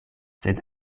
sed